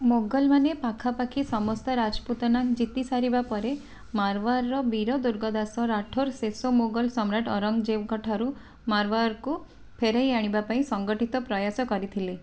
ମୋଗଲମାନେ ପାଖାପାଖି ସମସ୍ତ ରାଜପୁତାନା ଜିତିସାରିବା ପରେ ମାରୱାରର ବୀର ଦୁର୍ଗ ଦାସ ରାଠୋର ଶେଷ ମୋଗଲ ସମ୍ରାଟ ଔରଙ୍ଗଜେବ୍ଙ୍କଠାରୁ ମାରୱାରକୁ ଫେରାଇ ଆଣିବା ପାଇଁ ସଂଗଠିତ ପ୍ରୟାସ କରିଥିଲେ